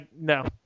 No